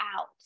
out